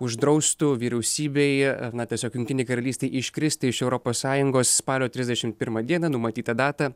uždraustų vyriausybei na tiesiog jungtinei karalystei iškristi iš europos sąjungos spalio trisdešimt pirmą dieną numatytą datą